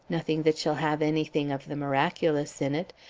nothing that shall have anything of the miraculous in it,